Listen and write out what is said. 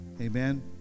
Amen